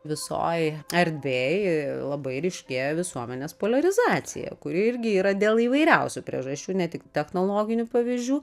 visoj erdvėj labai ryškėja visuomenės poliarizacija kuri irgi yra dėl įvairiausių priežasčių ne tik technologinių pavyzdžių